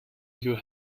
your